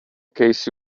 case